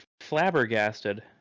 flabbergasted